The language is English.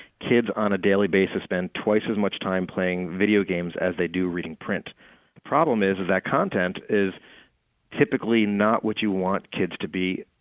kids on a daily basis spend twice as much time playing video games as they do reading print problem is that that content is typically not what you want kids to be.